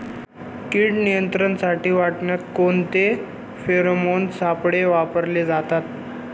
कीड नियंत्रणासाठी वाटाण्यात कोणते फेरोमोन सापळे वापरले जातात?